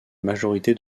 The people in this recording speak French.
majorité